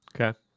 Okay